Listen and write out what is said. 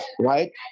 right